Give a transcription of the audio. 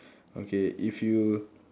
okay if you